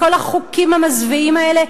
בכל החוקים המזוויעים האלה,